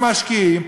המשקיעים,